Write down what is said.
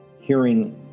hearing